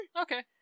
Okay